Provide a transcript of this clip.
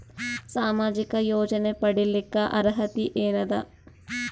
ಸಾಮಾಜಿಕ ಯೋಜನೆ ಪಡಿಲಿಕ್ಕ ಅರ್ಹತಿ ಎನದ?